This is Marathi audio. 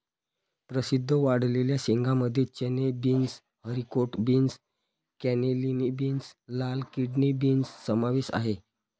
प्रसिद्ध वाळलेल्या शेंगांमध्ये चणे, beans, haricot beans, cannellini beans, लाल किडनी बीन्स समावेश आहे